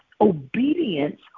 Obedience